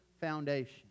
foundation